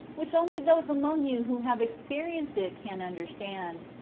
which only those among you who have experienced it can understand.